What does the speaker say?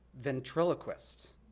ventriloquist